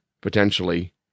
potentially